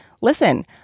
listen